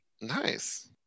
Nice